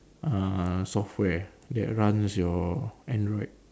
uh software that runs your android